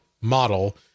model